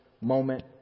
moment